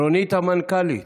רונית המנכ"לית,